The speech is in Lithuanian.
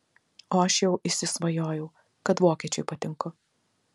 o aš jau įsisvajojau kad vokiečiui patinku